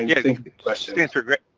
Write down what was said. and yeah i think the question is.